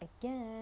again